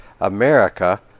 America